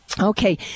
Okay